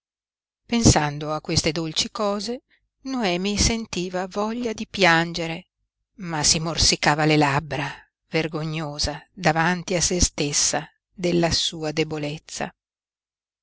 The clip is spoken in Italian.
pensando a queste dolci cose noemi sentiva voglia di piangere ma si morsicava le labbra vergognosa davanti a sé stessa della sua debolezza